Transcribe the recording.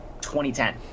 2010